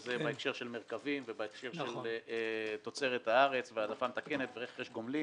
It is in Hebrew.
בהקשר של "מרכבים" ובהקשר של תוצרת הארץ והעדפה מתקנת ורכש גומלין,